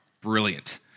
Brilliant